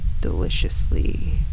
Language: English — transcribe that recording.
deliciously